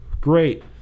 great